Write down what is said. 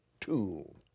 tool